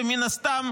ומן הסתם,